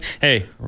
Hey